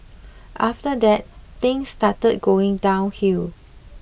after that things started going downhill